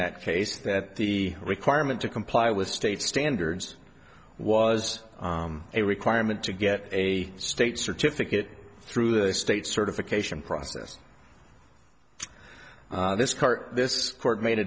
that case that the requirement to comply with state standards was a requirement to get a state certificate through the state certification process this car this court made a